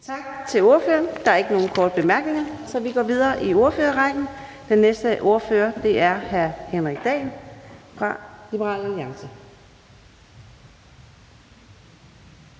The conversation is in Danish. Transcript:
Tak til ordføreren. Der er ikke nogen korte bemærkninger, så vi går videre i ordførerrækken til hr. Henrik Dahl, Liberal Alliance.